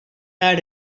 had